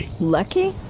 Lucky